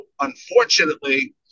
unfortunately